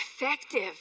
effective